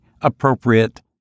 appropriate